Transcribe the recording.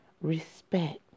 respect